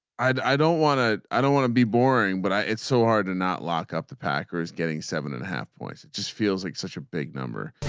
i don't want to. i don't want to be boring but i it's so hard to not lock up the packers getting seven and a half points. it just feels like such a big number.